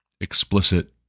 explicit